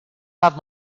have